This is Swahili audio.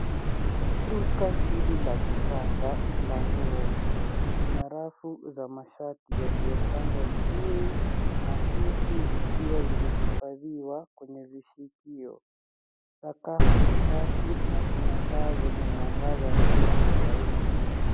Duka hili la kisasa ni la nguo . Lina rafu za mashati yaliyopangwa vizuri na suti zikiwa zimehifadhiwa kwenye vishikio. Sakafu ni safi na kuna taa zenye mwangaza wa kutosha darini.